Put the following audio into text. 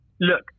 Look